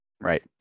Right